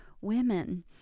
women